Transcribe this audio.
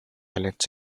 islands